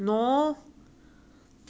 怕死我 lah